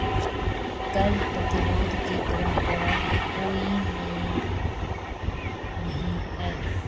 कर प्रतिरोध की परंपरा कोई नई नहीं है